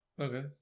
Okay